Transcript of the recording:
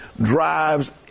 drives